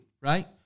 right